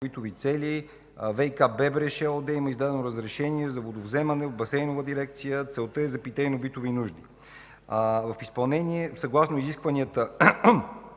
питейно-битови цели ВиК „Бебреш“ ЕООД има издадено разрешение за водовземане от Басейнова дирекция. Целта е вода за питейно битови нужди. В изпълнение и съгласно изискванията